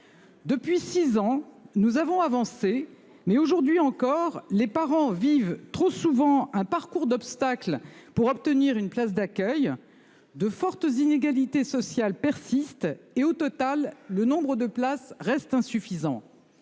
Depuis 6 ans nous avons avancé mais aujourd'hui encore les parents vivent trop souvent un parcours d'obstacles pour obtenir une place d'accueil, de fortes inégalités sociales persistent et au total le nombre de places restent insuffisants.